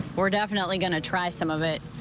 we're definitely going to try some of it.